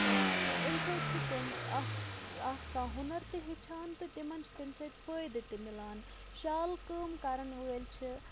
تہٕ امہِ سۭتۍ چھِ تِم اَکھ اَکھ کانٛہہ ہُنَر تہِ ہیٚچھان تہٕ تِمَن چھِ تمہِ سۭتۍ فٲیدٕ تہِ مِلان شالہٕ کٲم کَرَن وٲلۍ چھِ